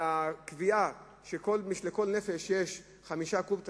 הקביעה שלכל נפש יספיקו 5 קוב,